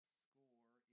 score